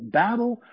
battle